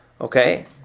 Okay